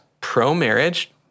pro-marriage